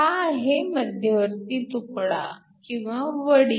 हा आहे मध्यवर्ती तुकडा किंवा वडी